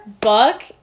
book